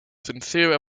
sincere